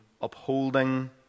upholding